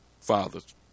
father's